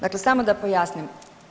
Dakle, samo da pojasnim.